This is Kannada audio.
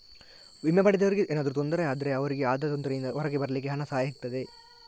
ವಿಮೆ ಪಡೆದವರಿಗೆ ಏನಾದ್ರೂ ತೊಂದ್ರೆ ಆದ್ರೆ ಅವ್ರಿಗೆ ಆದ ತೊಂದ್ರೆಯಿಂದ ಹೊರಗೆ ಬರ್ಲಿಕ್ಕೆ ಹಣದ ಸಹಾಯ ಸಿಗ್ತದೆ